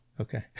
Okay